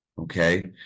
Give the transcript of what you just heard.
okay